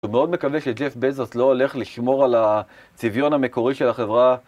הוא מאוד מקווה שג'ף בזוס לא הולך לשמור על הצוויון המקורי של החברה.